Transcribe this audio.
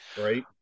Right